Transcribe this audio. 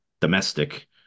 domestic